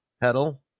pedal